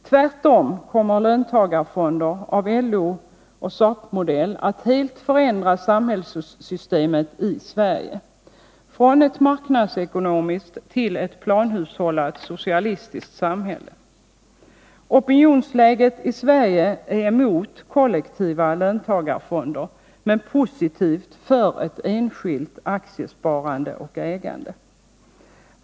Tvärtom kommer löntagarfonder av LO-SAP-modell att helt förändra samhällssystemet i Sverige, från ett marknadsekonomiskt till ett planhushållat, socialistiskt samhälle. Opinionsläget i Sverige är emot kollektiva löntagarfonder men positivt för ett enskilt aktiesparande och ägande.